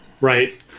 Right